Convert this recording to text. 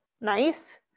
Nice